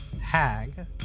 hag